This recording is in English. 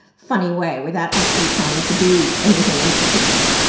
funny way without actually trying to do anything in particular.